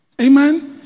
Amen